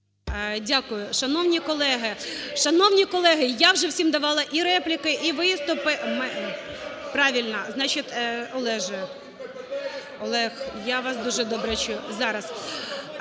колеги, шановні колеги, я вже всім давала і репліки, і виступи.